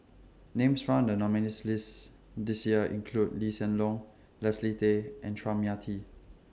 Names found in The nominees' lists This Year include Lee Hsien Loong Leslie Tay and Chua Mia Tee